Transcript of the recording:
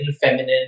feminine